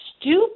stupid